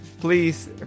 please